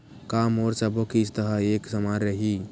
का मोर सबो किस्त ह एक समान रहि?